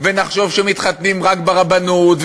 ונחשוב שמתחתנים רק ברבנות,